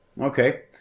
okay